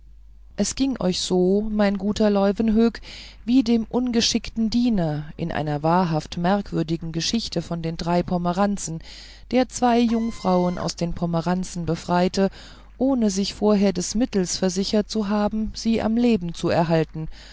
es ging euch so mein guter leuwenhoek wie dem ungeschickten diener in der wahrhaft merkwürdigen geschichte von den drei pomeranzen der zwei jungfrauen aus den pomeranzen befreite ohne sich vorher des mittels versichert zu haben sie am leben zu erhalten